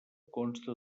consta